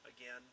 again